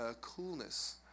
coolness